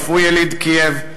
אף הוא יליד קייב,